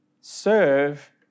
Serve